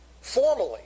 formally